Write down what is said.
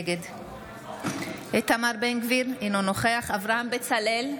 נגד איתמר בן גביר, אינו נוכח אברהם בצלאל,